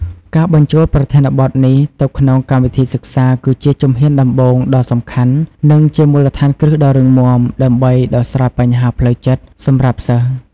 ការបញ្ចូលប្រធានបទនេះទៅក្នុងកម្មវិធីសិក្សាគឺជាជំហានដំបូងដ៏សំខាន់និងជាមូលដ្ឋានគ្រឹះដ៏រឹងមាំដើម្បីដោះស្រាយបញ្ហាផ្លូវចិត្តសម្រាប់សិស្ស។